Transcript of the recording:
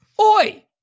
Oi